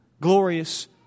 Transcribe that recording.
glorious